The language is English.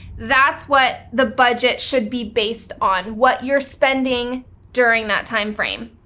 that's what the budget should be based on, what you're spending during that time frame.